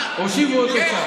הושיבו אותו שם.